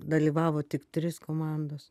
dalyvavo tik trys komandos